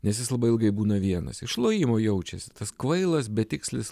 nes jis labai ilgai būna vienas iš lojimo jaučiasi tas kvailas betikslis